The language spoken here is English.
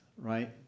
right